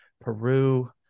peru